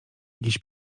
jakiś